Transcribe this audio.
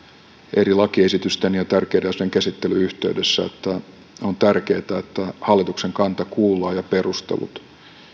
eri lakiesitysten ja tärkeiden asioiden käsittelyn yhteydessä että on tärkeätä että kuullaan hallituksen kanta ja perustelut